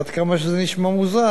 ועד כמה שזה נשמע מוזר,